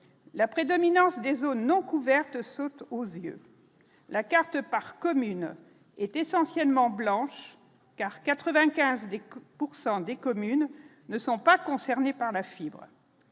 la prédominance des zones non couvertes saute aux yeux : la carte par commune est essentiellement blanche car 95 avec pourcent des communes ne sont pas concernés par la fibre.